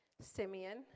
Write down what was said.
Simeon